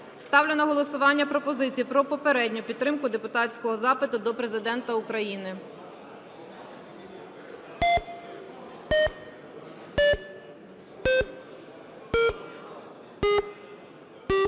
Ставлю на голосування пропозицію про попередню підтримку депутатського запиту до Президента України.